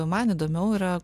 man įdomiau yra